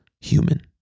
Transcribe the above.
human